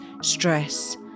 stress